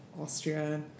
Austria